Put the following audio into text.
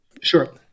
Sure